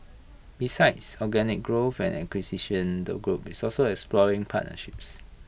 besides organic growth and acquisition the group is also exploring partnerships